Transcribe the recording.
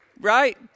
Right